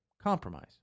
compromise